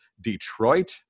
Detroit